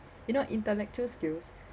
you know intellectual skills